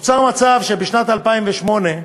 נוצר מצב שבשנת 2008,